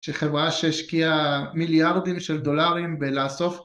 שחברה שהשקיעה מיליארדים של דולרים ולאסוף